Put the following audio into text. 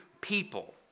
people